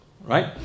right